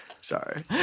Sorry